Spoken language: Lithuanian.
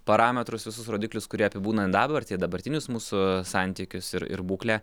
parametrus visus rodiklius kurie apibūdina dabartį dabartinius mūsų santykius ir ir būklę